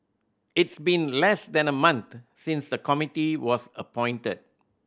it's been less than a month since the committee was appointed